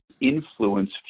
influence